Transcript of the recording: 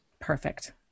Perfect